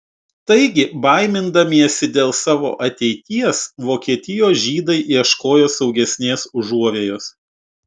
taigi baimindamiesi dėl savo ateities vokietijos žydai ieškojo saugesnės užuovėjos